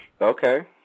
Okay